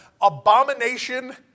abomination